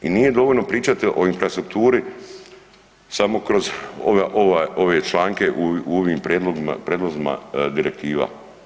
I nije dovoljno pričati o infrastrukturi samo kroz ove članke u ovim prijedlozima direktiva.